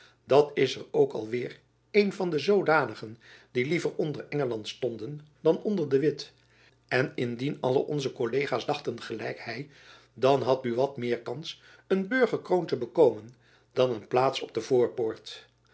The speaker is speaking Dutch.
dat is er ook al weêr een van de zoodanigen die liever onder engeland stonden dan onder de witt en indien alle onze kollegaas dachten gelijk hy dan had buat meer kans een burgerkroon te bekomen dan een plaats op de voorpoort